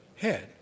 head